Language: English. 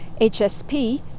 HSP